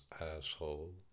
asshole